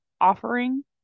offering